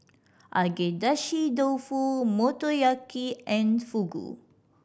Agedashi Dofu Motoyaki and Fugu